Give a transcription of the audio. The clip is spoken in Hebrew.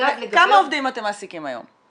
כמה עובדים אתם מעסיקים היום?